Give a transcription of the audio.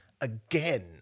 again